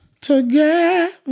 together